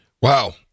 Wow